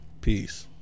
Peace